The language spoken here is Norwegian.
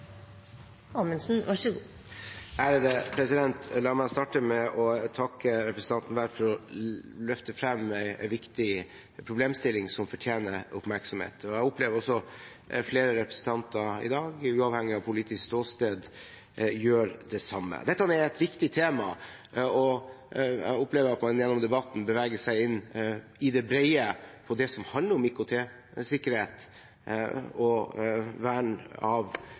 La meg starte med å takke representanten Werp for å løfte frem en viktig problemstilling som fortjener oppmerksomhet. Jeg opplever at også flere representanter i dag, uavhengig av politisk ståsted, gjør det samme. Dette er et viktig tema, og jeg opplever at man gjennom debatten beveger seg inn i det brede, i det som handler om IKT-sikkerhet og vern av